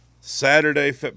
Saturday